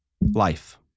life